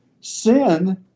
Sin